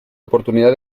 oportunidad